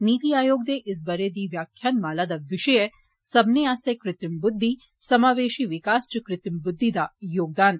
नीति आयोग दे इस बरे दी व्याख्यान माला दा विषय ऐ 'सब्बने आस्तै क्रत्रिम बुद्धि समावेशी विकास च क्रत्रिम बुद्धि दा योगदान'